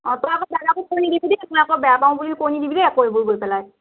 অ' তই আক' বাৰ আগত কৈ নিদিবি দেই মই আক' বেয়া পাওঁ বুলি কৈ নিদিবি দেই আকৌ এইবোৰ গৈ পেলাই